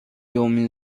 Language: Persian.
امین